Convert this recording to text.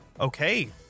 okay